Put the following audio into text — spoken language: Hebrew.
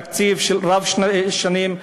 תקציב רב-שנתי,